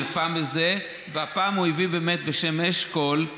הפעם הוא הביא בשם אשכול,